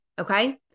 okay